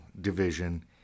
division